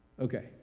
Okay